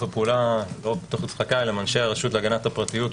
הפעולה עם ראשי הרשות להגנת הפרטיות,